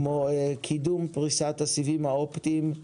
כמו קידום פריסת הסיבים האופטיים,